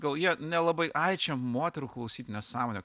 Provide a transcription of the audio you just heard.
gal jie nelabai ai čia moterų klausyt nesąmonė